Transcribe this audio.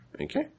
Okay